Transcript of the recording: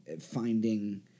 finding